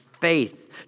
faith